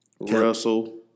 Russell